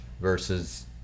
versus